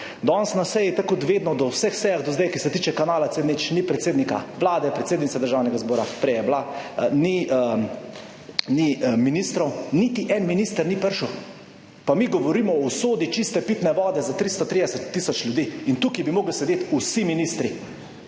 Danes na seji, tako kot vedno do vseh sejah do zdaj, ki se tiče kanala C0 ni predsednika Vlade, predsednice Državnega zbora, prej je bila, ni ministrov, niti en minister ni prišel, pa mi govorimo o usodi čiste pitne vode za 330 tisoč ljudi in tukaj bi morali sedeti vsi ministri